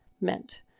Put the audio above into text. meant